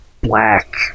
black